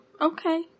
okay